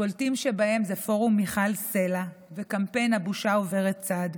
הבולטים שבהם הם פורום מיכל סלה וקמפיין "הבושה עוברת צד",